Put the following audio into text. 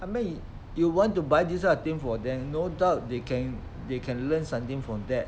I mean you want to buy this kind of thing for them no doubt they can they can learn something from that